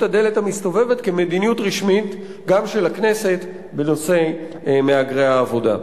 הדלת המסתובבת כמדיניות רשמית גם של הכנסת בנושא מהגרי העבודה.